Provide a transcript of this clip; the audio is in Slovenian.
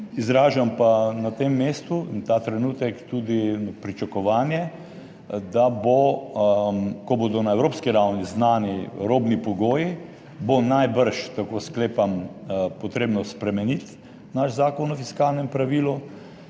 Izražam pa na tem mestu in ta trenutek tudi pričakovanje, da bo, ko bodo na evropski ravni znani robni pogoji, bo najbrž, tako sklepam, potrebno spremeniti naš Zakon o fiskalnem pravilu,